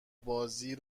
بازی